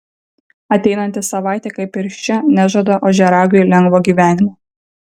ateinanti savaitė kaip ir ši nežada ožiaragiui lengvo gyvenimo